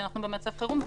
שאנחנו במצב חירום,